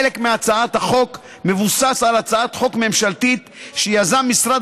חלק מהצעת החוק מבוסס על הצעת חוק ממשלתית שיזם משרד